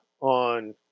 on